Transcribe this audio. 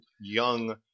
young